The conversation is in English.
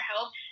help